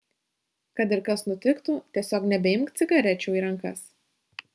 kad ir kas nutiktų tiesiog nebeimk cigarečių į rankas